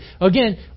Again